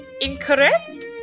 incorrect